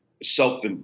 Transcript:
self